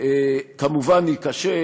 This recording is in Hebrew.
כמובן ייכשל.